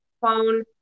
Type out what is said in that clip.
phone